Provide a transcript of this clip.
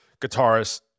guitarist